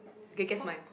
okay guess mine